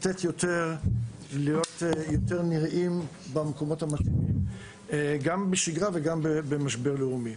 להיות יותר נראים במקומות המתאימים גם בשגרה וגם במשבר לאומי.